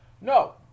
no